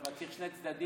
אבל צריך שני צדדים.